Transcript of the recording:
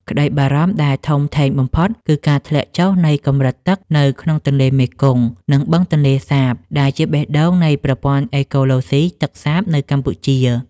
ក្តីបារម្ភដែលធំធេងបំផុត គឺការធ្លាក់ចុះនៃកម្រិតទឹកនៅក្នុងទន្លេមេគង្គ និងបឹងទន្លេសាប ដែលជាបេះដូងនៃប្រព័ន្ធអេកូឡូស៊ីទឹកសាបនៅកម្ពុជា។